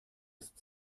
ist